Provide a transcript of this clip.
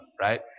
right